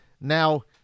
Now